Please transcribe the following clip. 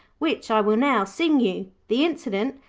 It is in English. which i will now sing you. the incident,